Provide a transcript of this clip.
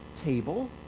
table